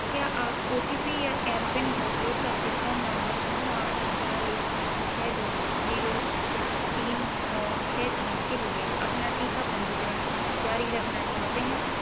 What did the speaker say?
क्या आप O T P या एम पिन का उपयोग करके फ़ोन नंबर नौ आठ चार एक छः दो जीरो तीन नौ छः तीन के लिए अपना टीका पंजीकरण जारी रखना चाहते हैं